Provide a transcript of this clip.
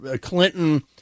Clinton